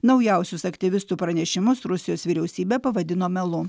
naujausius aktyvistų pranešimus rusijos vyriausybė pavadino melu